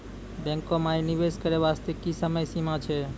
बैंको माई निवेश करे बास्ते की समय सीमा छै?